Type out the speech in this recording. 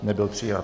Nebyl přijat.